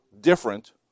different